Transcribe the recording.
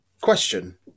Question